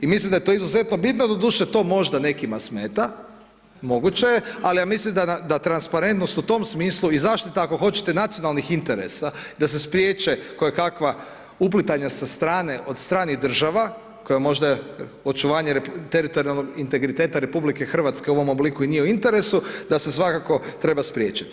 I mislim da je to izuzetno bitno, doduše, to možda nekima smeta, moguće je, ali ja mislim da transparentnost u tom smislu i zaštita, ako hoćete nacionalnih interesa, da se spriječe koje kakva uplitanja sa strane od stranih država, koja možda očuvanje teritorijalnog integriteta Republike Hrvatske u ovom obliku i nije u interesu, da se svakako treba spriječiti.